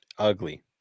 ugly